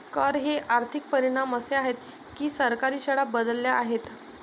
कर चे आर्थिक परिणाम असे आहेत की सरकारी शाळा बदलल्या आहेत